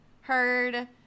heard